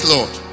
Lord